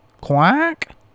Quack